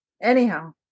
Anyhow